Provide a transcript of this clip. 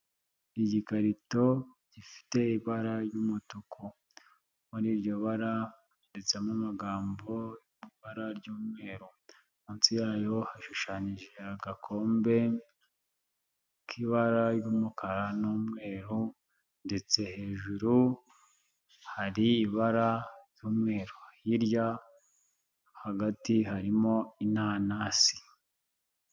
Igikarito gifite ibara ry'umutuku, muri iryo bara handitsemo amagambo y'ibara ry'umweru, munsi yayo hashushanyije agakombe k'ibara ry'umukara n'umweru ndetse hejuru hari ibara ry'umweru, hirya hagati harimo inanasi.